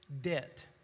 Debt